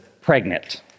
pregnant